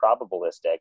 probabilistic